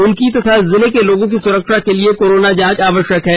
उनकी तथा जिले के लोगों की सुरक्षा के लिए कोरोना जांच जरूरी है